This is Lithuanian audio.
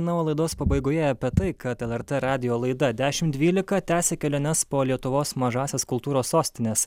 na o laidos pabaigoje apie tai kad lrt radijo laida dešimt dvylika tęsia keliones po lietuvos mažąsias kultūros sostines